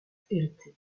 hérité